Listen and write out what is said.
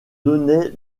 donnait